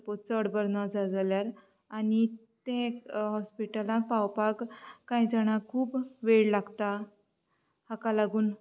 suppose चड बरो ना जाल्यार आनी तें हॉस्पिटलान पावपाक कांय जाणांक खूब वेळ लागतात हाका लागून